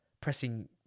pressing